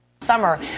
Summer